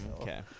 okay